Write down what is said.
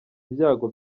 ibyago